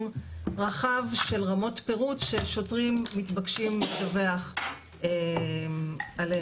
רחב של רמות פירוט ששוטרים מתבקשים לדווח עליהם.